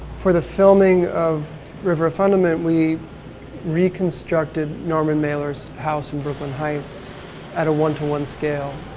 for the filming of river of fundament, we reconstructed norman mailer's house in brooklyn heights at a one to one scale.